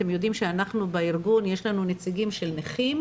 אתם יודעים שבארגון יש לנו נציגים של נכים,